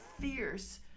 fierce